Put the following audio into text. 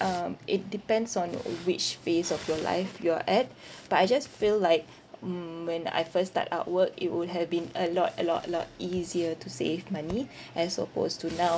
um it depends on which phase of your life you are at but I just feel like mm when I first start out work it would have been a lot a lot a lot easier to save money as opposed to now